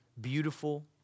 beautiful